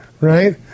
right